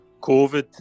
COVID